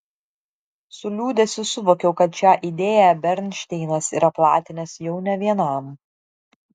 su liūdesiu suvokiau kad šią idėją bernšteinas yra platinęs jau ne vienam